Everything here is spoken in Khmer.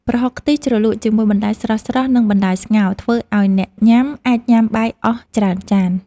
ប្រហុកខ្ទិះជ្រលក់ជាមួយបន្លែស្រស់ៗ និងបន្លែស្ងោរ ធ្វើឱ្យអ្នកញ៉ាំ អាចញ៉ាំបាយអស់ច្រើនចាន។